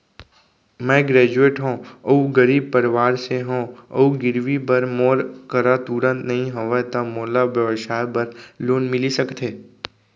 मैं ग्रेजुएट हव अऊ गरीब परवार से हव अऊ गिरवी बर मोर करा तुरंत नहीं हवय त मोला व्यवसाय बर लोन मिलिस सकथे?